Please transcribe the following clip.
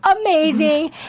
Amazing